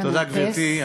תודה, גברתי.